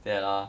对 lor